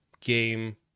game